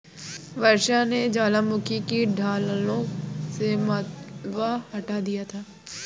वर्षा ने ज्वालामुखी की ढलानों से मलबा हटा दिया था